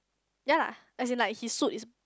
yea and he like he suite is